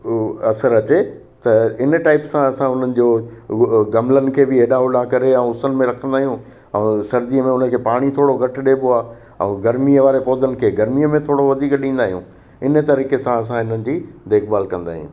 उहा असरु अचे त इन टाइप सां असां उन्हनि जो गमलनि खे बि हेॾा होॾा करे ऐं उसनि में रखंदा आहियूं ऐं सर्दी में उन खे पाणी थोरो घटि ॾिए बो आहे ऐं गर्मीअ वारे पौधनि खे गर्मीअ में थोरो वधीक ॾींदा आहियूं इन तरीक़े सां असां हिननि जी देखभालु कंदा आहियूं